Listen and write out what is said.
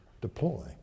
deploy